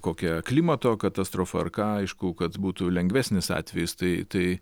kokia klimato katastrofa ar aišku kad būtų lengvesnis atvejis tai tai